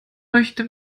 möchte